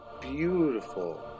beautiful